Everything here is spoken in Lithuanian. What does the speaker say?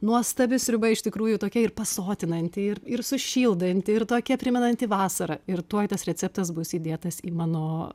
nuostabi sriuba iš tikrųjų tokia ir pasotinanti ir ir sušildanti ir tokia primenantį vasarą ir tuoj tas receptas bus įdėtas į mano